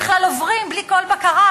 בכלל עוברים בלי כל בקרה,